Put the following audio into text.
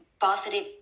positive